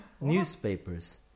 newspapers